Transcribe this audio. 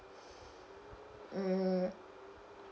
mm